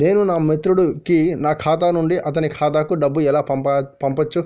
నేను నా మిత్రుడి కి నా ఖాతా నుండి అతని ఖాతా కు డబ్బు ను ఎలా పంపచ్చు?